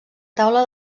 taula